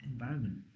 environment